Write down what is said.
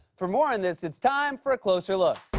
for more on this, it's time for a closer look.